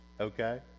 Okay